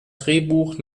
drehbuch